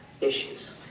issues